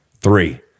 three